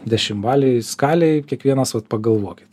dešimtbalėj skalėj kiekvienas vat pagalvokit